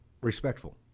respectful